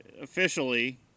Officially